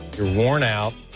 you're worn out.